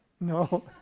No